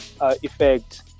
effect